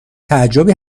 تعجبی